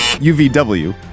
U-V-W